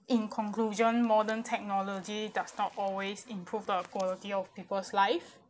in conclusion modern technology does not always improve the quality of people's life